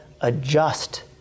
adjust